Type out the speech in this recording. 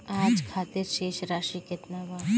आज खातिर शेष राशि केतना बा?